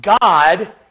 God